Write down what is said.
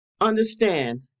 understand